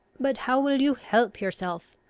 but how will you help yourself?